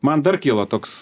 man dar kyla toks